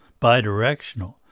bidirectional